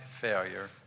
failure